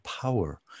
power